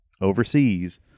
overseas